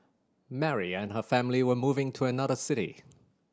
Mary and her family were moving to another city